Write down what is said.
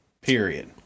Period